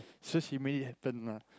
so she made it happen lah